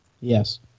Yes